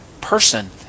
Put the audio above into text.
person